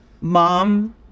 mom